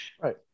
Right